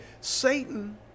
Satan